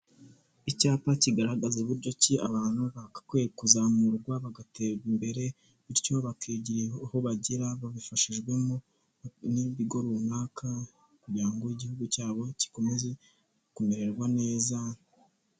Icyapa kigaragaza buryo ki abantu bakwiye kuzamurwa bagatezwa imbere, bityo bakigira aho bagera babifashijwemo n'ibigo runaka kugira ngo igihugu cyabo gikomeze kumererwa neza.